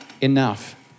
enough